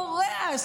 קורע,